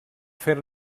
fer